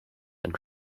and